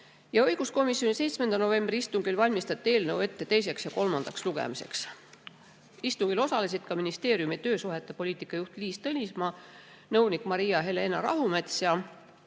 töölepinguid. Õiguskomisjoni 7. novembri istungil valmistati eelnõu ette teiseks ja kolmandaks lugemiseks. Istungil osalesid ka [Sotsiaal]ministeeriumi töösuhete poliitika juht Liis Tõnismaa, nõunik Maria-Helena Rahumets ja